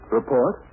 report